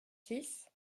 six